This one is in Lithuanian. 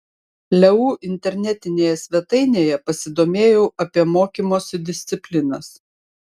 leu internetinėje svetainėje pasidomėjau apie mokymosi disciplinas